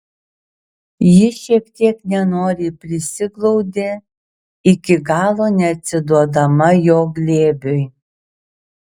ji šiek tiek nenoriai prisiglaudė iki galo neatsiduodama jo glėbiui